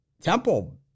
Temple